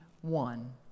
one